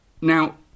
Now